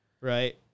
right